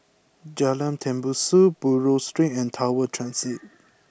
Jalan Tembusu Buroh Street and Tower Transit